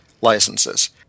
licenses